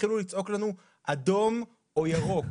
התחילו לצעוק לנו אדום או ירוק.